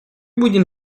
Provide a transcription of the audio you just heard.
будем